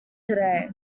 today